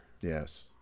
Yes